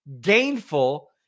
gainful